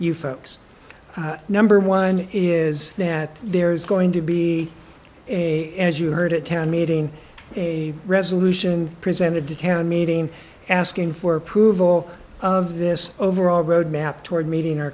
you folks number one is that there's going to be as you heard at town meeting a resolution presented to town meeting asking for approval of this overall road map toward meeting our